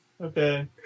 Okay